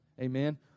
amen